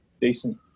Decent